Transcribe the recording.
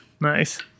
Nice